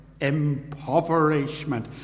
impoverishment